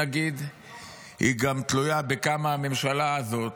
אגיד שהיא תלויה גם בכמה הממשלה הזאת,